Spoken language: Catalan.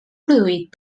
produït